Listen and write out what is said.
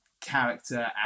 character